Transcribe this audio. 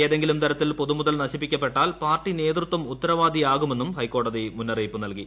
ഏതെങ്കിലും തരത്തിൽ പൊതുമുതൽ നശിപ്പിക്കപ്പെട്ടാൽ പാർട്ടി നേതൃത്വം ഉത്തരവാദിയാകുമെന്നും ഹൈക്കോടതി മുന്നറിയിപ്പു നൽകി